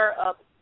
up